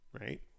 right